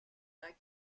back